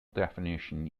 definition